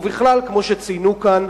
ובכלל, כמו שציינו כאן,